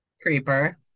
Creeper